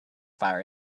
fire